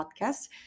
podcast